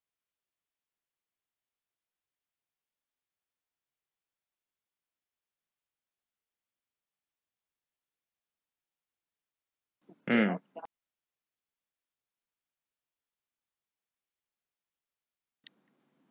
mm